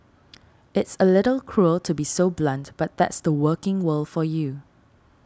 it's a little cruel to be so blunt but that's the working world for you